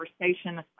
conversation